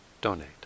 donate